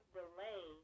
delay